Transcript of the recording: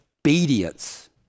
obedience